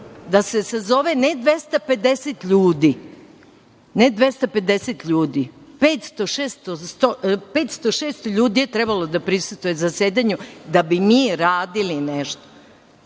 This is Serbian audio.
da se sazove ne 250 ljudi, 500, 600 ljudi je trebalo da prisustvuje zasedanju da bi mi radili nešto.